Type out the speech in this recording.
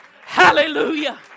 Hallelujah